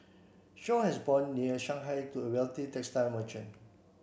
Shaw has born near Shanghai to a wealthy textile merchant